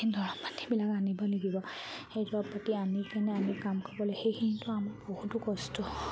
সেই দৰৱ পাতিবিলাক আনিব লাগিব সেই দৰৱ পাতি আনি কিনে আমি কাম কৰিবলৈ সেইখিনিতো আমাৰ বহুতো কষ্ট হয়